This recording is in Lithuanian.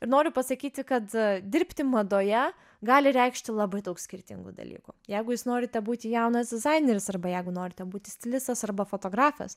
ir noriu pasakyti kad dirbti madoje gali reikšti labai daug skirtingų dalykų jeigu jūs norite būti jaunas dizaineris arba jeigu norite būti stilistas arba fotografas